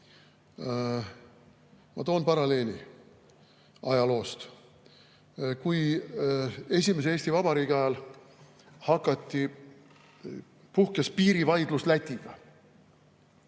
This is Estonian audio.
Ma toon paralleeli ajaloost. Esimese Eesti Vabariigi ajal puhkes piirivaidlus Lätiga,